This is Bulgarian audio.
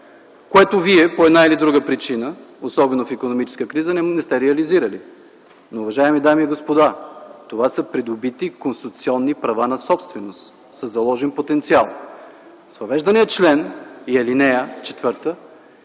което вие по една или друга причина, особено при икономическа криза, не сте реализирали. Уважаеми дами и господа, това са придобити конституционни права на собствениците със заложен потенциал. С въвеждания член и ал.